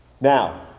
Now